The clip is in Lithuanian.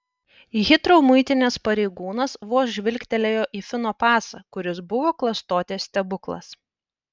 hitrou muitinės pareigūnas vos žvilgtelėjo į fino pasą kuris buvo klastotės stebuklas